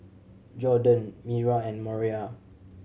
Jorden Mira and Moriah